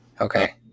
Okay